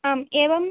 आम् एवं